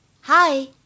Hi